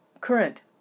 current